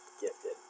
gifted